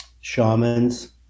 shamans